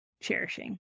cherishing